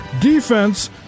defense